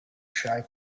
shy